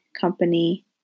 company